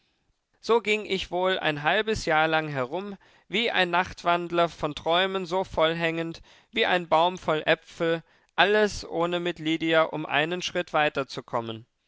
so ging ich wohl ein halbes jahr lang herum wie ein nachtwandler von träumen so vollhängend wie ein baum voll äpfel alles ohne mit lydia um einen schritt